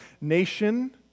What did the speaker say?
nation